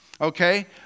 Okay